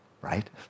right